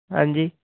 ਹਾਂਜੀ